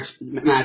match